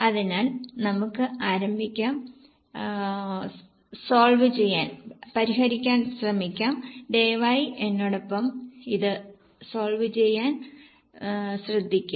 അതിനാൽ നമുക്ക് ആരംഭിക്കാം പരിഹരിക്കാൻ ശ്രമിക്കാം ദയവായി എന്നോടൊപ്പം ഇത് പരിഹരിക്കാൻ ശ്രമിക്കുക